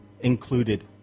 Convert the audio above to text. included